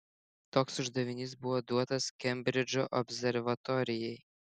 toks uždavinys buvo duotas kembridžo observatorijai